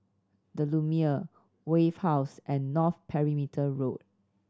The Lumiere Wave House and North Perimeter Road